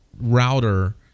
router